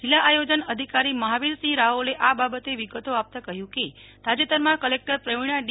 જિલ્લા આયોજન અધિકારી મહાવીરસિંહ રાઓલે આ બાબતે વિગતો આપતાં કહ્યું કે તાજેતરમાં કલેક્ટર પ્રવીણા ડી